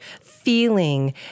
feeling